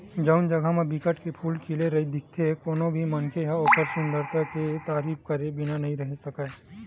जउन जघा म बिकट के फूल खिले दिखथे कोनो भी मनखे ह ओखर सुंदरई के तारीफ करे बिना नइ रहें सकय